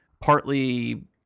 partly